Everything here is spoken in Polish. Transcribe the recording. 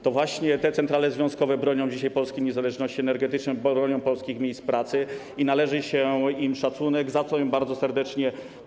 To właśnie te centrale związkowe bronią dzisiaj polskiej niezależności energetycznej, bronią polskich miejsc pracy - i należy się im szacunek - za co im bardzo serdecznie dziękuję.